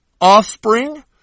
offspring